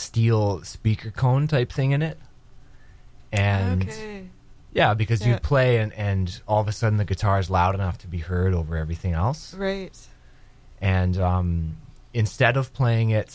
steel speaker cone type thing in it and yeah because you're playing and all of a sudden the guitars loud enough to be heard over everything else and instead of playing it